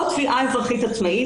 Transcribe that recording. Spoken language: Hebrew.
או תביעה אזרחית עצמאית.